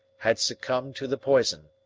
had succumbed to the poison.